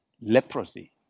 leprosy